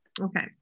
Okay